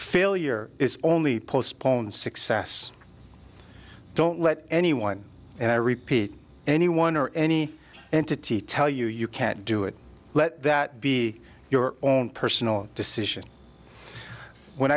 failure is only postponed success don't let anyone and i repeat anyone or any entity tell you you can't do it let that be your own personal decision when